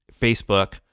Facebook